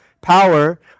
power